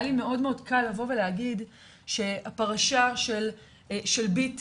והיה לי מאוד קל לבוא ולהגיד שהפרשה של ביטי